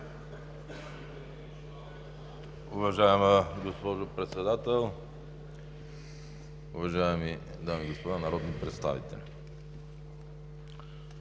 Ви, уважаема госпожо Председател. Уважаеми дами и господа народни представители!